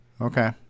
Okay